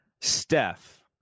Steph